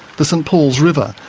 the st paul's river,